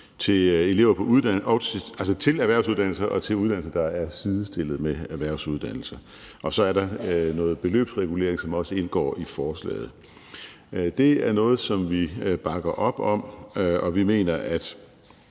til elever og lærlinge til erhvervsuddannelser og til uddannelser, der er sidestillede med erhvervsuddannelser. Så er der noget beløbsregulering, som også indgår i forslaget. Det er noget, som vi bakker op om, og vi mener, at